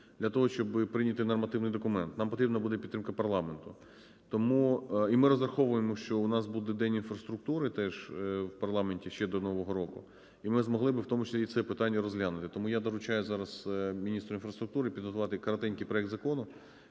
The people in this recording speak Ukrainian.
для того, щоби прийняти нормативний документ, нам потрібна буде підтримка парламенту. Тому… І ми розраховуємо, що у нас буде день інфраструктури теж в парламенті, ще до Нового року, і ми б змогли в тому числі і це питання розглянути. Тому я доручаю зараз міністру інфраструктури підготувати коротенький проект закону